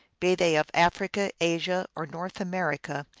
be they of africa, asia, or north america,